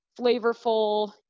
flavorful